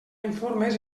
informes